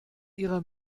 ihrer